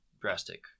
drastic